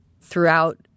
throughout